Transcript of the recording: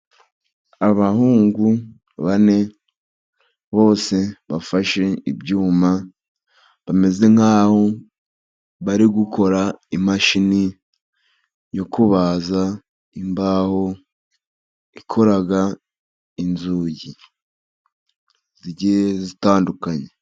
Abahungu bane bose bafashe ibyuma bameze nkaho bari gukora imashini yo kubaza imbaho ikora inzugi zigiye zitandukanye.